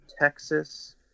Texas